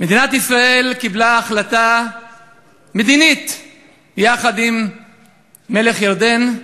מדינת ישראל קיבלה החלטה מדינית יחד עם מלך ירדן,